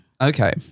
Okay